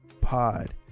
Pod